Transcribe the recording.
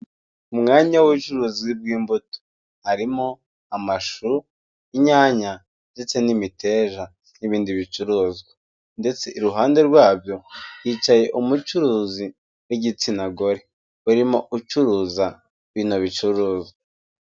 Umwanya w'ubucuruzi bw'imbuto. Harimo amashu, inyanya ndetse n'imiteja, n'ibindi bicuruzwa ndetse iruhande rwabyo hicaye umucuruzi w'igitsina gore urimo ucuruza bino bicuruzwa.